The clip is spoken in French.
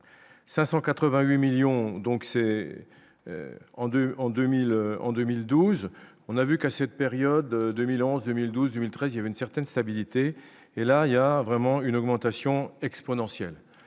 2 en 2000 en 2012, on a vu qu'à cette période de 2011, 2012 1013 il y a une certaine stabilité et là il y a vraiment une augmentation exponentielle,